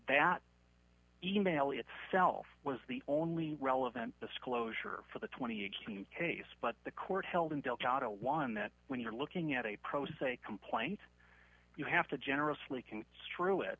that e mail itself was the only relevant disclosure for the twenty a keen case but the court held in delgado won that when you're looking at a pro se complaint you have to generously can strew it